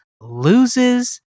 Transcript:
loses